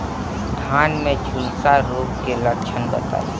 धान में झुलसा रोग क लक्षण बताई?